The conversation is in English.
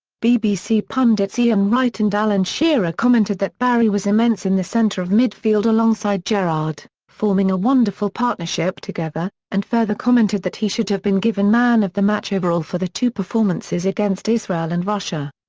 bbc pundits ian wright and alan shearer commented that barry was immense in the centre of midfield alongside gerrard, forming a wonderful partnership together, and further commented that he should have been given man of the match overall for the two performances against israel and russia.